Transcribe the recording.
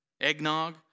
Eggnog